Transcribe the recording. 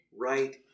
right